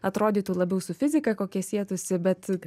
atrodytų labiau su fizika kokia sietųsi bet